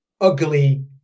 ugly